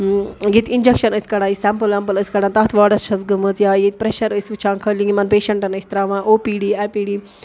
ییٚتہِ انٛجکشن ٲسۍ کَڑان یہِ سٮ۪مپٕل وٮ۪مپٕل ٲسۍ کَڑان تَتھ واڈس چھَس گٔمٕژ یا ییٚتہِ پرٛٮ۪شَر ٲسۍ وٕچھان خٲلی یِمن پیشنٛٹَن ٲسۍ ترٛاوان O P D I P D